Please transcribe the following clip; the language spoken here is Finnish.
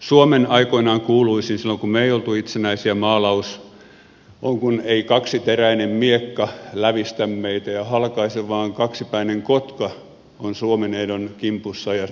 suomen aikoinaan kuuluisin maalaus silloin kun me emme olleet itsenäisiä oli kun ei kaksiteräinen miekka lävistä meitä ja halkaise vaan kaksipäinen kotka on suomi neidon kimpussa ja